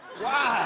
wow